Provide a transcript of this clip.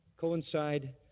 coincide